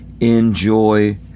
enjoy